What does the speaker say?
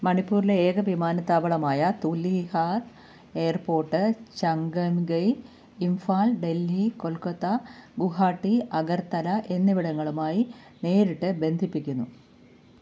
മണിപ്പൂരിലെ ഏക വിമാനത്താവളമായ തുലിഹാൽ എയർപോർട്ട് ചംഗംഗൈ ഇംഫാൽ ഡൽഹി കൊൽക്കത്ത ഗുവാഹാട്ടി അഗർത്തല എന്നിവിടങ്ങളുമായി നേരിട്ട് ബന്ധിപ്പിക്കുന്നു